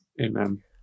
Amen